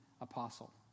Apostle